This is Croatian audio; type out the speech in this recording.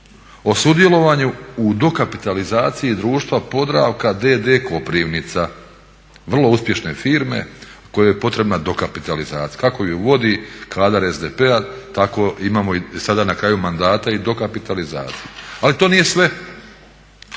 o sudjelovanju u dokapitalizaciji društva Podravka d.d. Koprivnica. Vrlo uspješne firme kojoj je potrebna dokapitalizacija. Kako ju vodi kadar SDP tako imamo i sada na kraju mandata i dokapitalizaciju. Ali to nije sve!